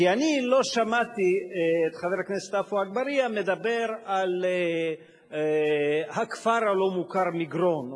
כי אני לא שמעתי את חבר הכנסת עפו אגבאריה מדבר על הכפר הלא-מוכר מגרון,